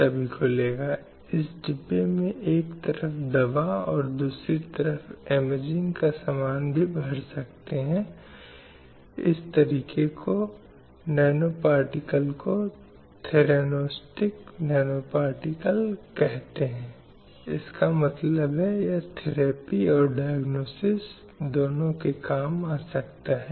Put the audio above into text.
जब युवा लड़कियों की बात आती है जैसा कि हमने पिछले व्याख्यानों में कहा है तो उन्हें परिवार द्वारा समाज द्वारा विभिन्न रूपों में पीड़ित किया जाता है जो उनके विकास और विकास को गंभीरता से प्रभावित करता है